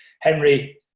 Henry